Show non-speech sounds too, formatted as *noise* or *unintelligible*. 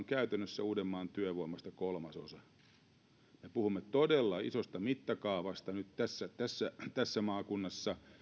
*unintelligible* käytännössä uudenmaan työvoimasta kolmasosa me puhumme todella isosta mittakaavasta nyt tässä tässä maakunnassa